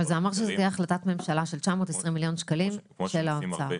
אבל זה אמר שזו תהיה החלטת ממשלה של 920 מיליון שקלים של האוצר.